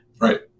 Right